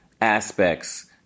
aspects